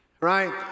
Right